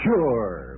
Sure